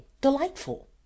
delightful